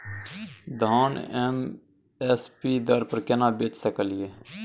धान M S P दर पर केना बेच सकलियै?